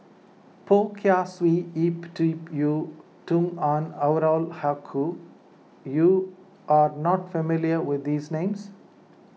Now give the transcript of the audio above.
Poh Kay Swee Ip Yiu Tung and Haque you are not familiar with these names